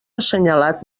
assenyalat